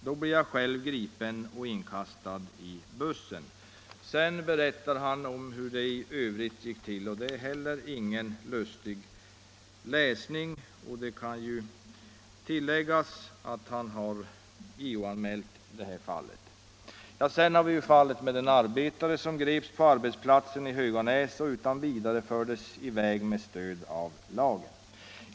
Då blir jag själv gripen och inkastad i bussen —---.” Sedan berättar han hur det i övrigt gick till, och det är heller ingen lustig läsning. Det kan tilläggas att han har JO-anmält detta fall. Vidare har vi fallet med den arbetare som greps på arbetsplatsen i Höganäs och utan vidare fördes i väg med stöd av lagen om tillfälligt omhändertagande.